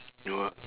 you will